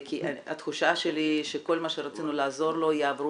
כי התחושה שלי היא שכל מי שרצינו לעזור לו יעברו